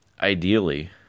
Ideally